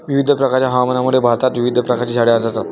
विविध प्रकारच्या हवामानामुळे भारतात विविध प्रकारची झाडे आढळतात